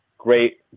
Great